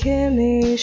Kimmy